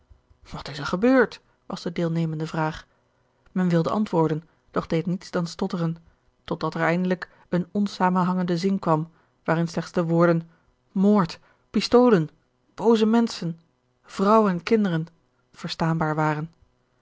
wat is er gebeurd was de deelnemende vraag men wilde antwoorden doch deed niets dan stotteren tot dat er eindelijk eene onzamenhangende zin kwam waarin slechts de woorgeorge een ongeluksvogel den moord pistolen booze menschen vrouw en kinderen verstaanbaar waren